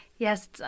Yes